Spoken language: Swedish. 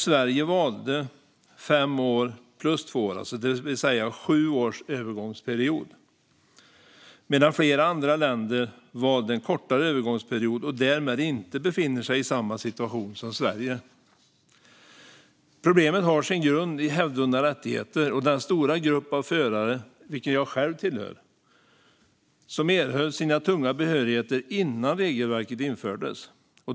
Sverige valde fem år plus två år, det vill säga en övergångsperiod på sju år, medan flera andra länder valde en kortare övergångsperiod och därmed inte befinner sig i samma situation som Sverige. Problemet har sin grund i hävdvunna rättigheter och den stora grupp av förare, vilken jag själv tillhör, som erhöll sina tunga behörigheter innan regelverket infördes.